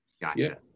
gotcha